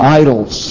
idols